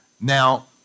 Now